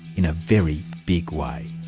in a very big way.